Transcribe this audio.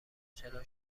چرا